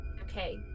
Okay